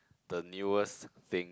the newest thing